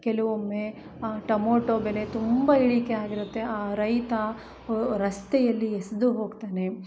ಕೆಲವೊಮ್ಮೆ ಆ ಟಮೊಟೊ ಬೆಲೆ ತುಂಬ ಇಳಿಕೆ ಆಗಿರುತ್ತೆ ಆ ರೈತ ರಸ್ತೆಯಲ್ಲಿ ಎಸೆದು ಹೋಗ್ತಾನೆ